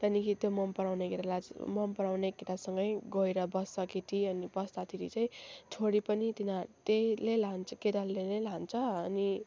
त्यहाँदेखि त्यो मन पराउने केटालाई चाहिँ मन पराउने केटासँगै गएर बस्छ केटी अनि बस्दाखेरि चाहिँ छोरी पनि त्यसले लान्छ केटाले नै लान्छ अनि